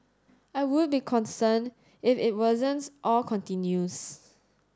I would be concerned if it worsens or continues